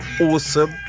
awesome